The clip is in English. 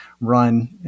run